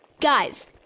Guys